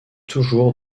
toujours